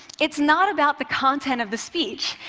it's not about the content of the speech.